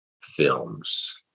films